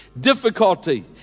difficulty